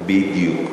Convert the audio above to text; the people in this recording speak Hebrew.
בדיוק.